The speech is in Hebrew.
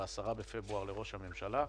ב-10 בפברואר לראש הממשלה,